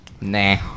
nah